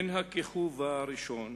הן הכיכוב הראשון